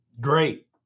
Great